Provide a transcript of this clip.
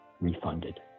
Refunded